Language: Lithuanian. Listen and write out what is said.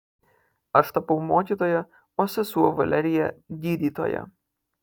aš tapau mokytoja o sesuo valerija gydytoja